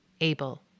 Abel